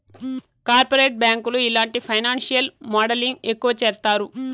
corporate బ్యాంకులు ఇలాంటి financial modelling ఎక్కువ చేత్తాయి